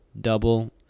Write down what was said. double